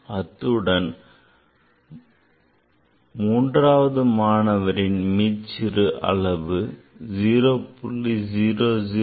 அத்துடன் மூன்றாவது மாணவரின் மீச்சிறு அளவு 0